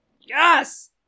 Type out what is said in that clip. yes